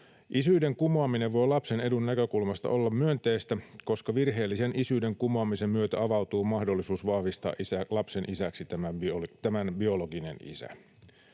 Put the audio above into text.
Isyyden kumoaminen voi lapsen edun näkökulmasta olla myönteistä, koska virheellisen isyyden kumoamisen myötä avautuu mahdollisuus vahvistaa lapsen isäksi tämän biologinen isä.